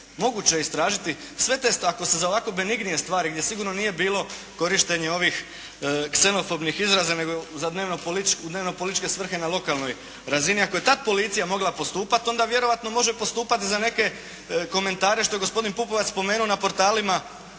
moguće je istražiti sve te stavke. Ako se za ovako benignije stvari gdje sigurno nije bilo korištenje ovih ksenofobnih izraza, nego u dnevno političke svrhe na lokalnoj razini. Ako je tad Policija mogla postupat, onda vjerojatno može postupat i za neke komentare što je gospodin Pupovac spomenuo na portalima